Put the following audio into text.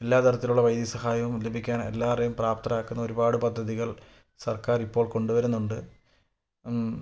എല്ലാ തരത്തിലുള്ള വൈദ്യ സഹായവും ലഭിക്കാൻ എല്ലാവരേയും പ്രാപ്തരാക്കുന്ന ഒരുപാട് പദ്ധതികൾ സർക്കാരിപ്പോൾ കൊണ്ട് വരുന്നുണ്ട്